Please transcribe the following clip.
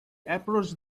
approached